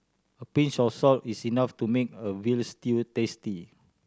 a pinch of salt is enough to make a veal stew tasty